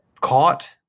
caught